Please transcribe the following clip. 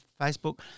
Facebook